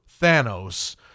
Thanos